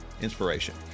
inspiration